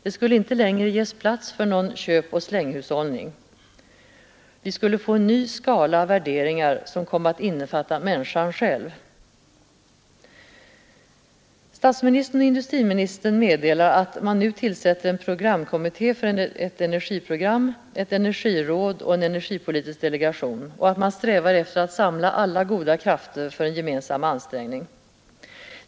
Det skulle inte längre ges plats för någon köpoch slänghushållning ——— Vi kunde få en ny skala av värderingar, som kom att innefatta människan själv ———.” Statsministern och industriministern meddelar att man nu tillsätter en Nr 149 programkommitté för ett energiprogram, ett energiråd och en energipoli Fredagen den tisk delegation och att man strävar efter att samla alla goda krafter för en 7 december 1973 gemensam ansträngning.